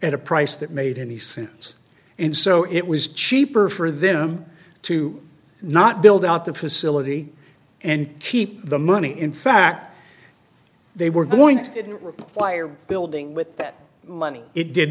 at a price that made any sense and so it was cheaper for them to not build out the facility and keep the money in fact they were going to didn't require building with that money it did